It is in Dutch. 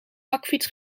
bakfiets